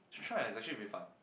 should try actually very fun